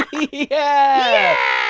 yeah!